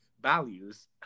values